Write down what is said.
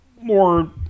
more